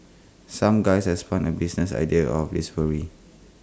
some guys have spun A business idea out of this worry